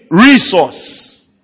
resource